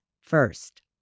first